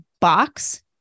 box